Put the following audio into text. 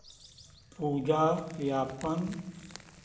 पूजा यापन